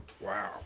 Wow